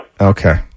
Okay